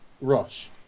Rush